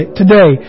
today